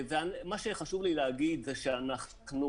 מה שחשוב לי להגיד שמדובר,